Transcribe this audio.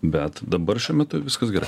bet dabar šiuo metu viskas gerai